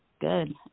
good